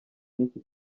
n’iki